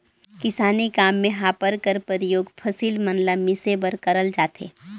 किसानी काम मे हापर कर परियोग फसिल मन ल मिसे बर करल जाथे